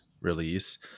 release